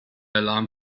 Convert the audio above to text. alarm